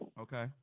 Okay